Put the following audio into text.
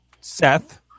Seth